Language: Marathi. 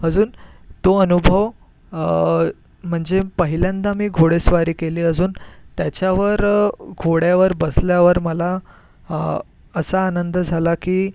अजून तो अनुभव म्हणजे पहिल्यांदा मी घोडेस्वारी केली अजून त्याच्यावर घोड्यावर बसल्यावर मला असा आनंद झाला की